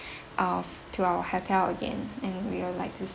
uh to our hotel again and we'll like to